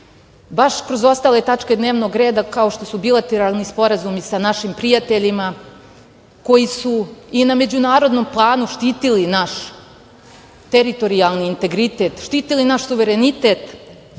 kroz ostale tačke dnevnog reda kao što su bilateralni sporazumi sa našim prijateljima koji su i na međunarodnom planu štitili naš teritorijalni integritet, štitili naš suverenitet,